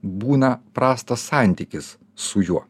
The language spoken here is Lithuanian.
būna prastas santykis su juo